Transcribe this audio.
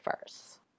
first